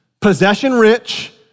Possession-rich